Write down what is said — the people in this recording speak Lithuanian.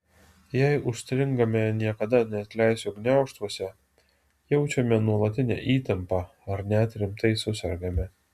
jei užstringame niekada neatleisiu gniaužtuose jaučiame nuolatinę įtampą ar net rimtai susergame